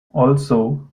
also